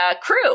crew